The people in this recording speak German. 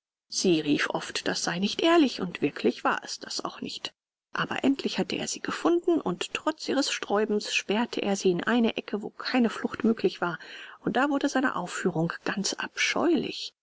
sie rief oft das sei nicht ehrlich und wirklich war es das auch nicht aber endlich hatte er sie gefunden und trotz ihres sträubens sperrte er sie in eine ecke wo keine flucht möglich war und da wurde seine aufführung ganz abscheulich